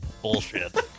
bullshit